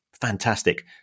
Fantastic